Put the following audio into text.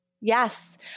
Yes